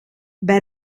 bij